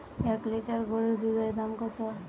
এক লিটার গোরুর দুধের দাম কত?